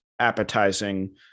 appetizing